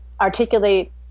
articulate